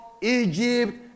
Egypt